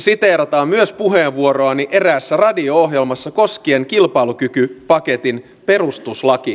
valitettavasti myös maahanmuuttajien keskuudessa on rasismia